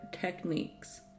techniques